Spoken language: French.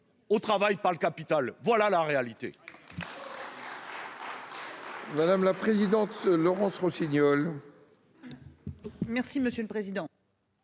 au travail par le capital. Voilà la réalité